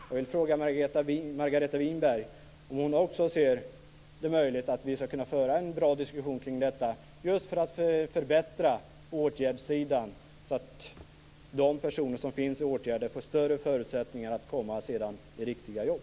Jag vill fråga Margareta Winberg om hon också ser det som möjligt att vi för en diskussion kring detta, just för att förbättra åtgärdssidan, så att de personer som finns i åtgärder får större förutsättningar att sedan komma i riktiga jobb.